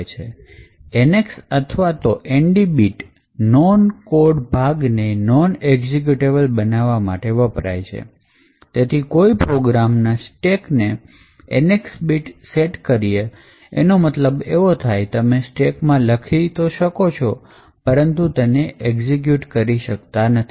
તો NX અથવા તો ND bit નોન code ભાગને નોન એક્ઝિક્યુટેબલ બનાવવા માટે વપરાય છે તેથી કોઈ પ્રોગ્રામ ના સ્ટેકને NX બીટ સેટ કરીએ એનો મતલબ એવો થાય કે તમે સ્ટેકમાં લખી તો શકો છો પરંતુ તેને એક્ઝિક્યુટ કરી શકતા નથી